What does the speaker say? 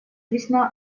весьма